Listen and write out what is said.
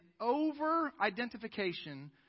over-identification